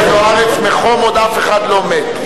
חברת הכנסת זוארץ, מחום עוד אף אחד לא מת.